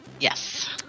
Yes